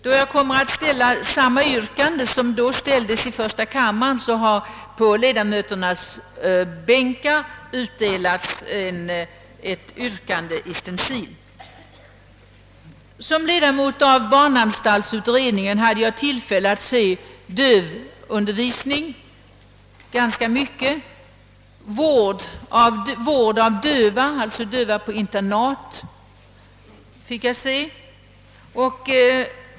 Då jag kommer att framställa samma yrkande som det i första kammaren, har det utdelats i stencil på ledamöternas bänkar. Som ledamot av barnanstaltsutredningen hade jag ganska många tillfällen att se dövundervisning och vård av döva på internat.